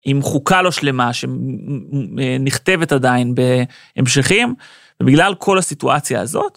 עם חוקה לא שלמה שנכתבת עדיין בהמשכים, ובגלל כל הסיטואציה הזאת.